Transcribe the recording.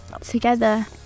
together